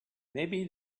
maybe